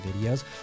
videos